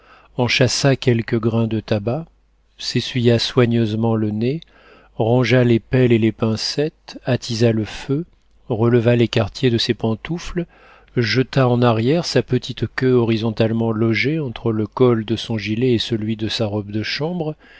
en chassa quelques grains de tabac s'essuya soigneusement le nez rangea les pelles et les pincettes attisa le feu releva les quartiers de ses pantoufles rejeta en arrière sa petite queue horizontalement logée entre le col de son gilet et celui de sa robe de chambre